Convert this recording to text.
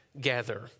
gather